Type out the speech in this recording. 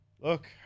look